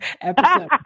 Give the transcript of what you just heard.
episode